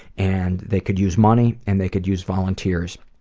and they could use money, and they could use volunteers.